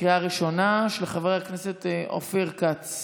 לקריאה ראשונה, של חבר הכנסת אופיר כץ.